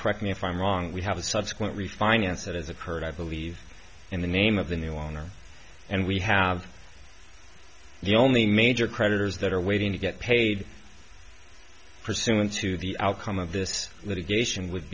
correct me if i'm wrong we have a subsequent refinance that has occurred i believe in the name of the new owner and we have the only major creditors that are waiting to get paid pursuant to the outcome of this litigation would